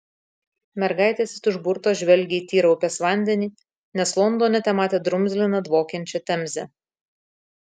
mergaitės it užburtos žvelgė į tyrą upės vandenį nes londone tematė drumzliną dvokiančią temzę